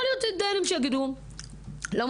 יכול להיות שיהיו דיינים שיגידו לא מעוניינים,